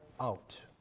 out